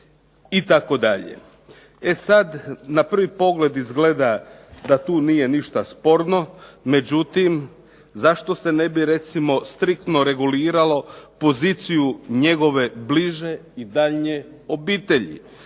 itd. E sad na prvi pogled izgleda da tu nije ništa sporno, međutim zašto se ne bi recimo striktno reguliralo poziciju njegove bliže i daljnje obitelji.